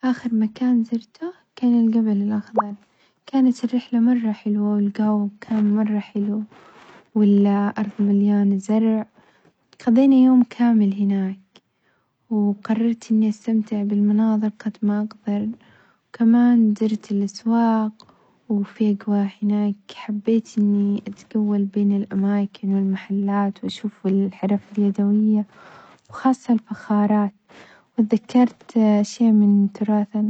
آخر مكان زرته كان الجبل الأخضر كانت الرحلة مرة حلوة والجو كان مرة حلو، والأرض مليانة زرع قضينا يوم كامل هناك وقررت إني أستمتع بالمناظر قد ما أقذر، وكمان درت الأسواق وفي جوه هناك حبيت إني أتجول بين الأمكان والمحلات وأشوف الحرف اليدوية وخاصة الفخارات واتذكرت أشياء من تراثنا.